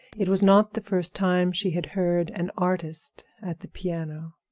it was not the first time she had heard an artist at the piano.